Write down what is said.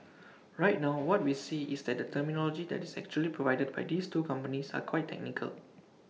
right now what we see is that the terminology that is actually provided by these two companies are quite technical